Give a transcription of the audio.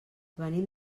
venim